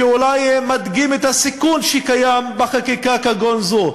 שאולי מדגים את הסיכון שקיים בחקיקה כגון זו.